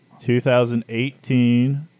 2018